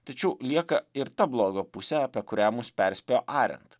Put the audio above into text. tačiau lieka ir ta blogio pusė apie kurią mus perspėjo ariant